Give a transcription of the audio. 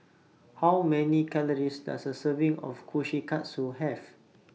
How Many Calories Does A Serving of Kushikatsu Have